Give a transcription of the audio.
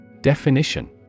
Definition